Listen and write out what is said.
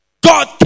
God